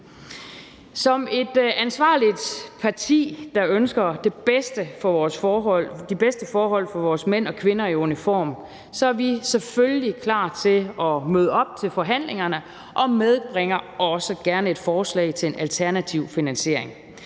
Som et ansvarligt parti, der ønsker de bedste forhold for vores mænd og kvinder i uniform, er vi selvfølgelig klar til at møde op til forhandlingerne og medbringer også gerne et forslag til en alternativ finansiering.